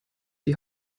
die